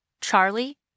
Charlie